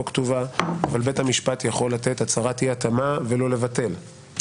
כתובה אבל בית המשפט יכול לתת הצהרת אי התאמה ולא לבטל.